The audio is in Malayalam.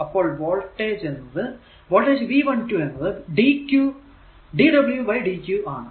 അപ്പോൾ വോൾടേജ് V12 എന്നത് dwdqആണ്